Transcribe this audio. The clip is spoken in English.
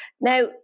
Now